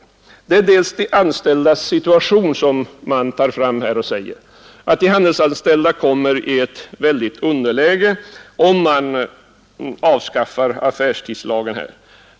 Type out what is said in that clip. Den första är att de handelsanställdas situation försämras och att de handelsanställda kommer i ett starkt underläge om vi avskaffar affärstidslagen.